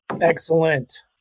Excellent